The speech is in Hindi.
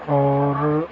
और